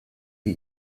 die